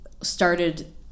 started